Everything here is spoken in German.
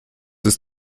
ist